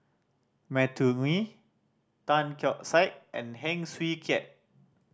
Matthew Ngui Tan Keong Saik and Heng Swee Keat